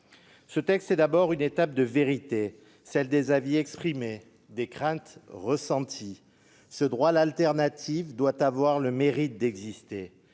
Ce texte est d'abord est une étape de vérité : la vérité des avis exprimés, des craintes ressenties. Le droit à l'alternative doit avoir le mérite d'exister.